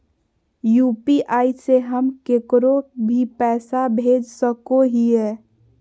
UPI से हम केकरो भी पैसा भेज सको हियै?